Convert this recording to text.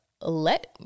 let